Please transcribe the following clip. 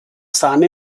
sahne